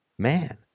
man